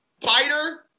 fighter